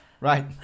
Right